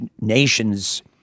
nations